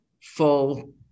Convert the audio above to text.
full